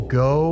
go